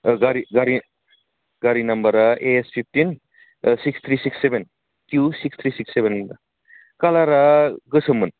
गारि गारि गारि नाम्बारा A S fifteen six three six seven few six three six seven कालारा गोसोममोन